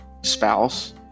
spouse